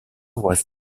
was